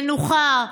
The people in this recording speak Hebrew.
למנוחה,